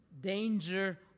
danger